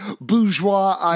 bourgeois